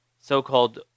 so-called